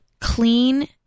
clean